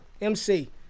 MC